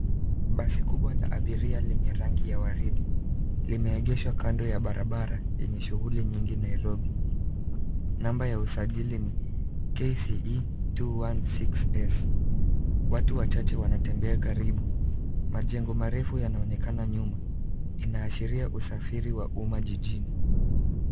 Basi kubwa la abiria lenye rangi ya waridi limeegeshwa kando ya barabara yenye shughuli nyingi Nairobi. Namba ya usajili ni KCE 216S. Watu wachache wanatembea karibu. Majengo marefu yanaonekana nyuma, inaashiria usafiri wa umma jijini.